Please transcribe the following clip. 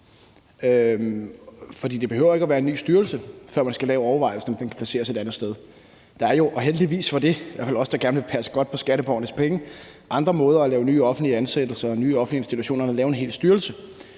det behøver ikke at dreje sig om en ny styrelse, før man skal overveje, om den kan placeres et andet sted. Der er jo – og heldigvis for det, i hvert fald for os, der gerne vil passe på skatteborgernes penge – andre måder at lave nye offentlige ansættelser og nye offentlige institutioner på end at lave en hel styrelse.